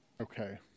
Okay